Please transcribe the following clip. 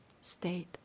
state